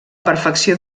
perfecció